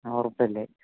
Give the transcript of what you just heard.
ഉറപ്പല്ലേ